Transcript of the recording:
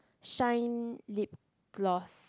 shine lip gloss